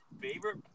Favorite